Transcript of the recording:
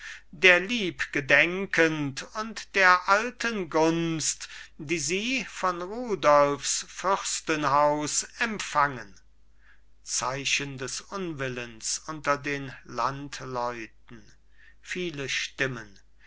der lieb gedenkend und der alten gunst die sie von rudolfs fürstenhaus empfangen zeichen des unwillens unter den landleuten viele stimmen